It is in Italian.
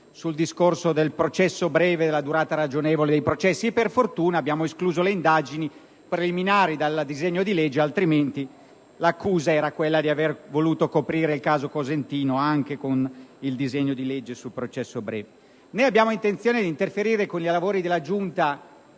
sul discorso del processo breve e sulla durata ragionevole dei processi. Per fortuna, abbiamo escluso le indagini preliminari dal disegno di legge, altrimenti l'accusa sarebbe stata quella di aver voluto coprire il caso Cosentino anche con il disegno di legge sul processo breve. Né abbiamo intenzione di interferire con i lavori della Giunta